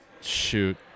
Shoot